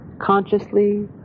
consciously